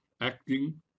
acting